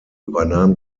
übernahm